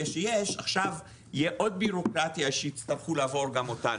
שיש עכשיו תהיה עוד בירוקרטיה שיצטרכו לעבור גם אותנו,